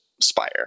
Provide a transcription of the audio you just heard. spire